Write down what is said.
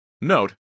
Note